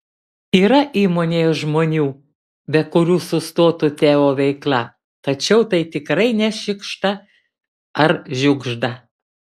yra įmonėje žmonių be kurių sustotų teo veikla tačiau tai tikrai ne šikšta ar žiugžda